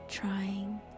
trying